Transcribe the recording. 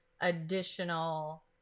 additional